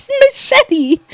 machete